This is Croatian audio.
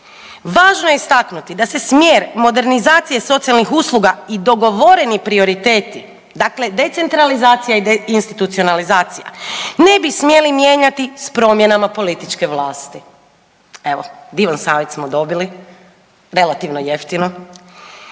Važno je istaknuti da se smjer modernizacije socijalnih usluga i dogovoreni prioriteti, dakle, decentralizacija i deinstitucionalizacija, ne bi smjeli mijenjati s promjenama političke vlasti. Evo, divan savjet smo dobili, relativno jeftino